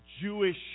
Jewish